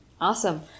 Awesome